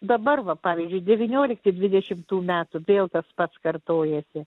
dabar va pavyzdžiui devyniolikti dvidešimtų metų vėl tas pats kartojasi